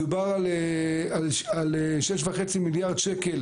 מדובר על 6.5 מיליארד שקלים